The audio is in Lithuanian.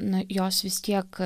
nu jos vis tiek